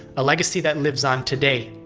a legacy that lives on today,